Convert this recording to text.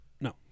No